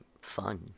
fun